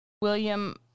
William